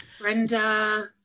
brenda